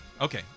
Okay